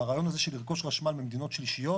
והרעיון הזה של לרכוש חשמל ממדינות שלישיות